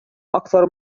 أكثر